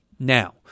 Now